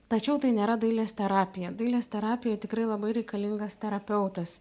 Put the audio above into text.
tačiau tai nėra dailės terapija dailės terapijai tikrai labai reikalingas terapeutas